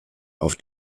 auf